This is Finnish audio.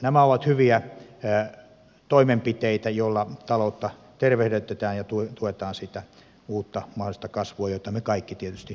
nämä ovat hyviä toimenpiteitä joilla taloutta tervehdytetään ja tuetaan sitä uutta mahdollista kasvua jota me kaikki tietysti odotamme